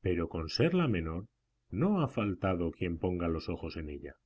pero con ser la menor no ha faltado quien ponga los ojos en ella